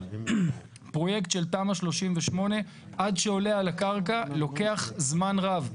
פרוייקט של תמ"א 38 עד שעולה על הקרקע לוקח זמן רב.